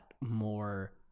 more